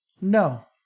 No